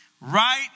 right